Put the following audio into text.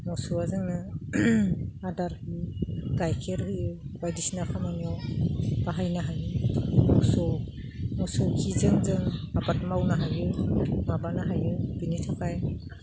मोसौआ जोंनो आदारनि गाइखेर होयो बायदिसिना खामानियाव बाहायनो हायो मोसौ खिजों जों आबाद मावनो हायो माबानो हायो बेनि थाखाय